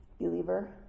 Believer